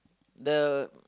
the